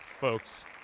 folks